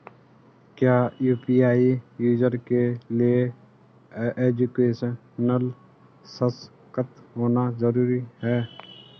क्या UPI user के लिए एजुकेशनल सशक्त होना जरूरी है?